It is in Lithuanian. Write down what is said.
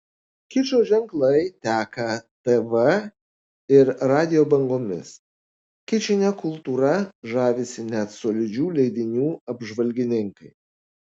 kičo ženklai teka tv ir radijo bangomis kičine kultūra žavisi net solidžių leidinių apžvalgininkai